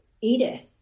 Edith